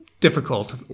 difficult